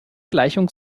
gleichung